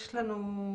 יש לנו את